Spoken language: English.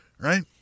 right